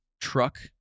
truck